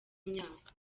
myaka